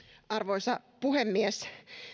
arvoisa puhemies